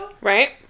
Right